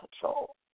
control